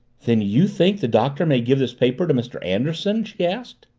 then you think the doctor may give this paper to mr. anderson? she asked.